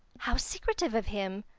how secretive of him!